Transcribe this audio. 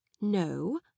no